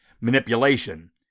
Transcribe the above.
manipulation